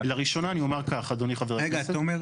לראשונה אני אומר כך אדוני חבר הכנסת.